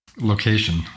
location